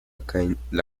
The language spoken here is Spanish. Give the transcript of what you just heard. candidatura